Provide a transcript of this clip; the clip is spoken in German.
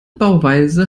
bauweise